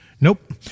Nope